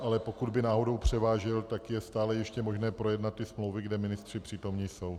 Ale pokud by náhodou převážil, tak je stále ještě možné projednat ty smlouvy, kde ministři přítomní jsou.